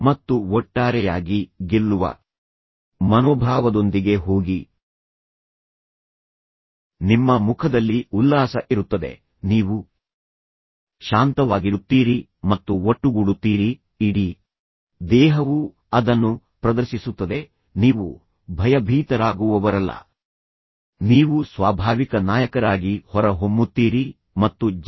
ಮತ್ತು ಒಟ್ಟಾರೆಯಾಗಿ ಗೆಲ್ಲುವ ಮನೋಭಾವದೊಂದಿಗೆ ಹೋಗಿ ನಿಮ್ಮ ಮುಖದಲ್ಲಿ ಉಲ್ಲಾಸ ಇರುತ್ತದೆ ನೀವು ಶಾಂತವಾಗಿರುತ್ತೀರಿ ಮತ್ತು ಒಟ್ಟುಗೂಡುತ್ತೀರಿ ಇಡೀ ದೇಹವು ಅದನ್ನು ಪ್ರದರ್ಶಿಸುತ್ತದೆ ನೀವು ಭಯಭೀತರಾಗುವವರಲ್ಲ ನೀವು ಸ್ವಾಭಾವಿಕ ನಾಯಕರಾಗಿ ಹೊರಹೊಮ್ಮುತ್ತೀರಿ ಮತ್ತು ಜಿ